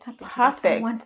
perfect